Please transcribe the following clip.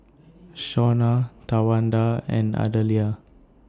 Shawna Towanda and Adelia